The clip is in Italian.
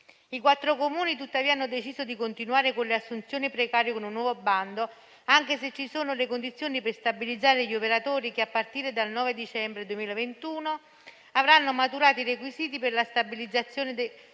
I quattro Comuni, tuttavia, hanno deciso di continuare con le assunzioni precarie con un nuovo bando, anche se ci sono le condizioni per stabilizzare gli operatori, che a partire dal 9 dicembre 2021 avranno maturato i requisiti per la stabilizzazione della